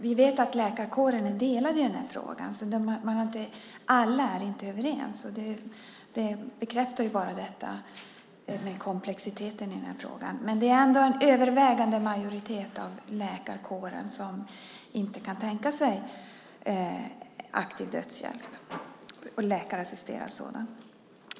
Vi vet att läkarkåren är delad i den här frågan, alla är inte överens. Det bekräftar bara komplexiteten i frågan. Det är ändå en övervägande majoritet av läkarkåren som inte kan tänka sig läkarassisterad aktiv dödshjälp.